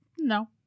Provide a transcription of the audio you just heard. No